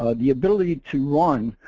ah the ability to one,